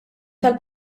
tal